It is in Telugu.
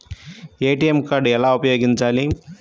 ఏ.టీ.ఎం కార్డు ఎలా ఉపయోగించాలి?